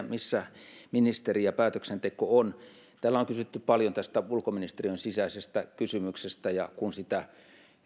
missä ministeri ja päätöksenteko ovat täällä on kysytty paljon tästä ulkoministeriön sisäisestä kysymyksestä ja kun sitä